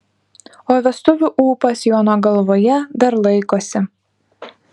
o vestuvių ūpas jono galvoje dar laikosi